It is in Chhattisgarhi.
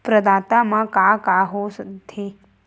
प्रदाता मा का का हो थे?